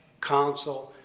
counsel,